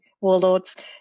warlords